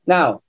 Now